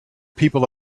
people